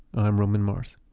i'm roman mars